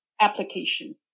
application